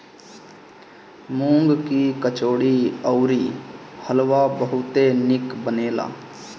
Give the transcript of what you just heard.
मूंग के कचौड़ी अउरी हलुआ बहुते निक बनेला